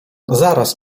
zaraz